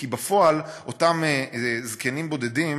כי בפועל, אותם זקנים בודדים